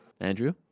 Andrew